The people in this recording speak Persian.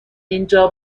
اینجا